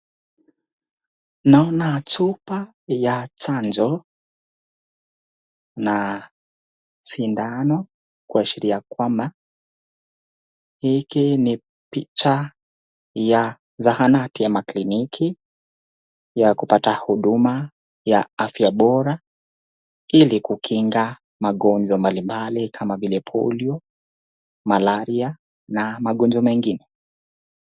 Naona chupa ya chanjo na sindano kuashiria kwamba hiki ni picha ya zahanati ama kliniki ya kupata huduma ya afya bora ili kukinga magonjwa mbali mbali kama polio, malaria na magonjwa mengine.